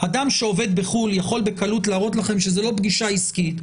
אדם שעובד בחוץ לארץ יכול בקלות להראות לכם שזאת לא פגישה עסקית,